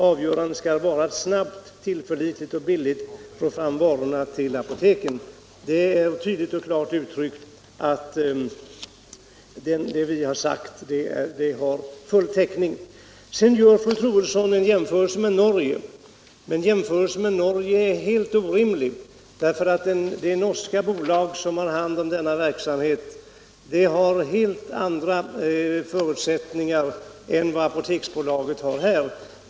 Avgörande skall vara att snabbt, tillförlitligt och billigt få fram varorna till apoteken.” Det är tydligt och klart uttryckt. Det vi har sagt har full täckning. Sedan gör fru Troedsson en jämförelse med Norge, men en sådan jämförelse är helt orimlig därför att det norska bolag som har hand om denna verksamhet har helt andra förutsättningar än Apoteksbolaget har här.